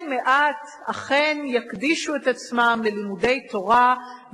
שמלבד הישיבות הקטנות, יש לימודי ליבה מלאים